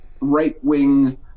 right-wing